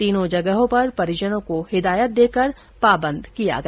तीनों जगहों पर परिजनों को हिदायत देकर पाबंद किया गया